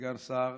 כסגן שר,